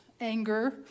anger